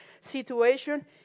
situation